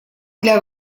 для